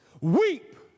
Weep